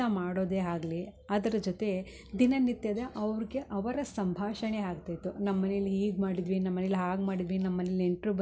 ಮಾಡೋದೇ ಆಗಲಿ ಅದರ ಜೊತೆ ದಿನನಿತ್ಯದ ಅವ್ರ್ಗೆ ಅವರ ಸಂಭಾಷಣೆ ಆಗ್ತಿತ್ತು ನಮ್ಮ ಮನೇಲಿ ಹೀಗೆ ಮಾಡಿದ್ವಿ ನಮ್ಮ ಮನೇಲಿ ಹಾಗೆ ಮಾಡಿದ್ವಿ ನಮ್ಮ ಮನೇಲಿ ನೆಂಟ್ರು ಬಂದಿದ್ದರು ಹೀಗೆ